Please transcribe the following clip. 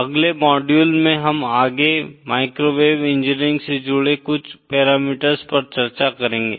अगले मॉड्यूल में हम आगे माइक्रोवेव इंजीनियरिंग से जुड़े कुछ पैरामीटर्स पर चर्चा करेंगे